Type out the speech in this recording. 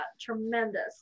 tremendous